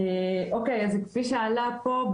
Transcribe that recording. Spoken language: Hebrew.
אז כפי שעלה פה,